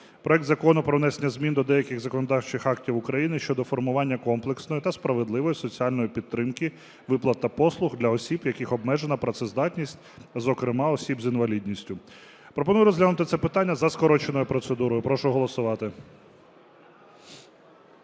проект Закону про внесення змін до деяких законодавчих актів України щодо формування комплексної та справедливої соціальної підтримки (виплат та послуг) для осіб, в яких обмежена працездатність, зокрема осіб з інвалідністю. Пропоную розглянути це питання за скороченою процедурою. Прошу голосувати.